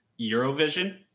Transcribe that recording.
Eurovision